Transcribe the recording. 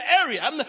area